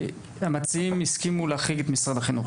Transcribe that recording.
המציעים הסכימו להחריג את משרד החינוך.